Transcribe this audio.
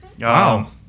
Wow